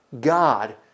God